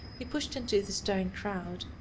he pushed into the stirring crowd.